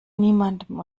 niemandem